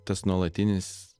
tas nuolatinis